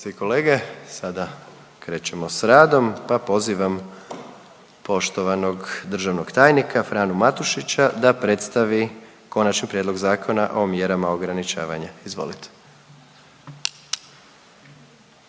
i kolege, sada krećemo sa radom, pa pozivam poštovanog državnog tajnika Franu Matušića da predstavi Konačni prijedlog Zakona o mjerama ograničavanja. Izvolite.